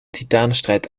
titanenstrijd